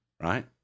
right